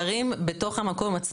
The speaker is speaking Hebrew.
מדברים הרבה על מכון,